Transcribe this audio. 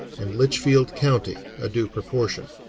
and litchfield county a due proportion.